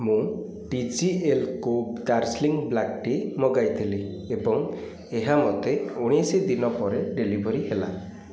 ମୁଁ T G L କୋ Darjeeling black tea ମଗାଇଥିଲି ଏବଂ ଏହା ମୋତେ ଉଣେଇଶ ଦିନ ପରେ ଡେଲିଭରୀ ହେଲା